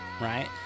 right